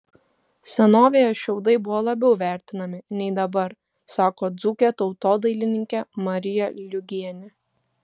senovėje šiaudai buvo labiau vertinami nei dabar sako dzūkė tautodailininkė marija liugienė